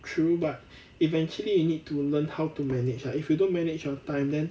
true but eventually you need to learn how to manage lah if you don't manage your time then